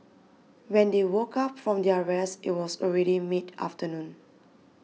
when they woke up from their rest it was already mid afternoon